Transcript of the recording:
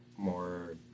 more